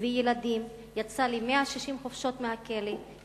הביא ילדים ויצא ל-160 חופשות מהכלא,